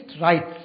rights